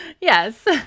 Yes